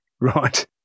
Right